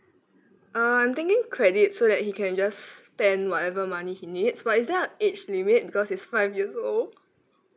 uh I'm thinking credit so that he can just spend whatever money he needs but is there a age limit because he's five years old